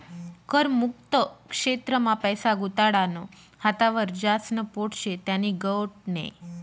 कर मुक्त क्षेत्र मा पैसा गुताडानं हातावर ज्यास्न पोट शे त्यानी गोट नै